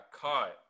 caught